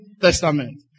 Testament